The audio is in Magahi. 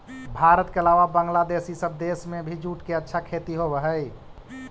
भारत के अलावा बंग्लादेश इ सब देश में भी जूट के अच्छा खेती होवऽ हई